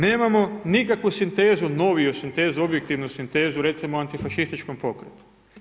Nemamo nikakvu sintezu, noviju sintezu, objektivnu sintezi, recimo o antifašističkom pokretu.